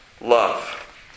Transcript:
love